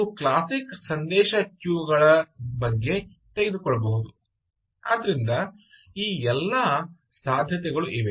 ನೀವು ಕ್ಲಾಸಿಕ್ ಸಂದೇಶ ಕ್ಯೂಗಳ ಬಗ್ಗೆ ತೆಗೆದುಕೊಳ್ಳಬಹುದು ಆದ್ದರಿಂದ ಈ ಎಲ್ಲಾ ಸಾಧ್ಯತೆಗಳು ಇವೆ